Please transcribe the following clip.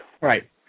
Right